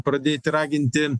pradėti raginti